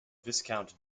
viscount